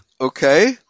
Okay